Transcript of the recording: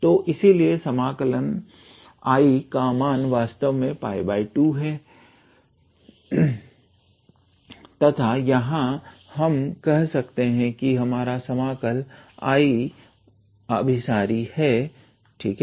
तो इसलिए समाकल I का मान वास्तव में 𝜋2 हे तथा यहां से हम कह सकते हैं कि हमारा समाकल I अभिसारी है ठीक है